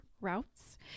routes